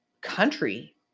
country